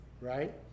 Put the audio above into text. right